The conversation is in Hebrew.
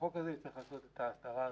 החוק הזה יצטרך לעשות את ההסדרה הזאת,